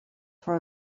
for